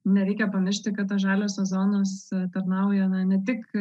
nereikia pamiršti kad žaliosios zonos tarnauja ne tik